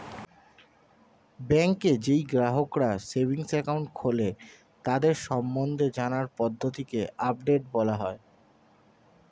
ব্যাংকে যেই গ্রাহকরা সেভিংস একাউন্ট খোলে তাদের সম্বন্ধে জানার পদ্ধতিকে আপডেট বলা হয়